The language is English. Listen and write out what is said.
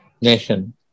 nation